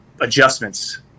adjustments